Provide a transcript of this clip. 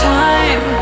time